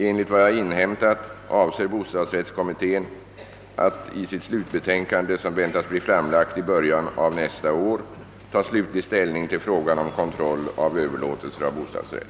Enligt vad jag har inhämtat avser bostadsrättskommittén att i sitt slutbetänkande, som väntas bli framlagt i början av nästa år, ta slutlig ställning till frågan om kontroll av överlåtelser av bostadsrätt.